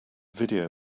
video